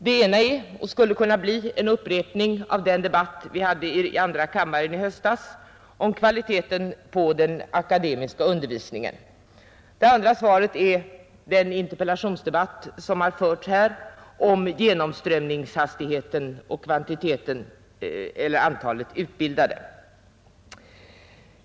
Det ena svaret skulle kunna bli en upprepning av den debatt vi hade i andra kammaren i höstas om kvaliteten på den akademiska undervisningen, Det andra svaret är den interpellationsdebatt som har förts här i dag om genomströmningshastigheten och antalet utbildade.